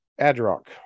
Adrock